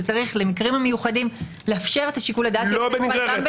במקרים המיוחדים צריך לאפשר את שיקול הדעת גם בנגררות.